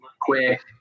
quick